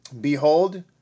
Behold